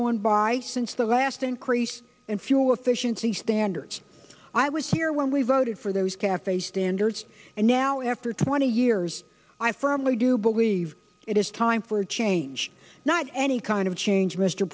gone by since the last increase in fuel efficiency standards i was here when we voted for those cafe standards and now after twenty years i firmly do believe it is time for change not any kind of change mr